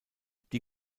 die